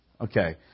okay